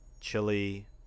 Chili